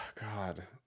God